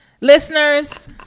Listeners